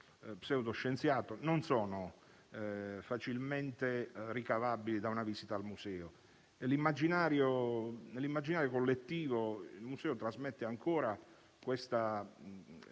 pseudoscienziato non sono facilmente ricavabili da una visita al museo, che nell'immaginario collettivo trasmette ancora l'idea